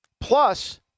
Plus